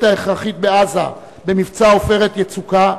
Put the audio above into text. ההכרחית בעזה במבצע "עופרת יצוקה",